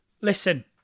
Listen